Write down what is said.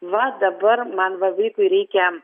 va dabar man va vaikui reikia